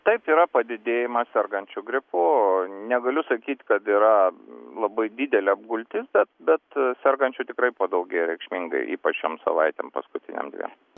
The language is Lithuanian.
taip yra padidėjimas sergančių gripu negaliu sakyt kad yra labai didelė apgultis bet bet sergančių tikrai padaugėjo reikšmingai ypač šiom savaitėm paskutinėm dviem